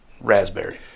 raspberry